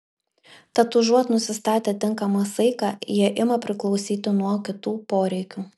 tad užuot nusistatę tinkamą saiką jie ima priklausyti nuo kitų poreikių